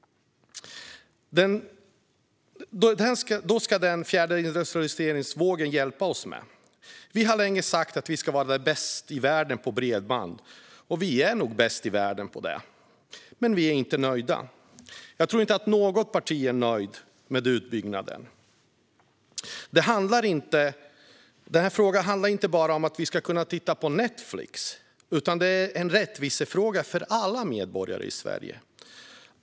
Det ska den fjärde industrialiseringsvågen hjälpa oss med. Vi har länge sagt att vi ska vara bäst i världen på bredband, och vi är nog bäst i världen på det. Men vi är inte nöjda. Jag tror inte att något parti är nöjt med utbyggnaden. Det handlar inte bara om att vi ska kunna titta på Netflix, utan det är en rättvisefråga för alla medborgare i Sverige.